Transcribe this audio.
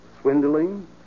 Swindling